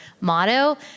motto